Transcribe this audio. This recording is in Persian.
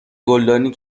گلدانی